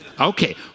Okay